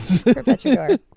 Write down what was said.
Perpetrator